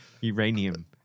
uranium